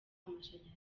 amashanyarazi